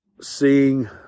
seeing